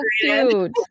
cute